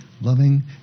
loving